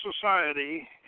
society